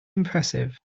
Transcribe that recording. impressive